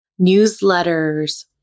newsletters